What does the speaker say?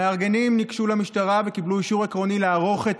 המארגנים ניגשו למשטרה וקיבלו אישור עקרוני לערוך את